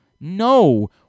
no